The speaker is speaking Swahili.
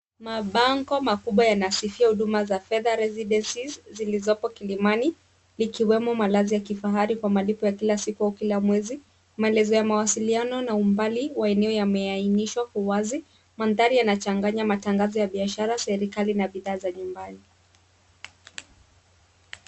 Mabango makubwa yanasifia huduma za fedha residences zilizopo kilimani, ikiwemo malazi ya kifahari kwa malipo ya kila siku au kila mwezi, maelezo ya mawasiliano na umbali wa eneo yameainishwa kwa wazi. Mandhari yanachanganya matangazo ya biashara, serikali na bidhaa za nyumbani.